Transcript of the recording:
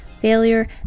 failure